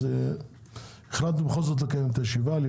אז החלטנו לקיים את הישיבה בכל זאת,